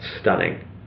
stunning